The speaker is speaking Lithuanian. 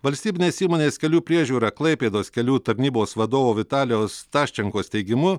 valstybinės įmonės kelių priežiūra klaipėdos kelių tarnybos vadovo vitalijaus taščenkos teigimu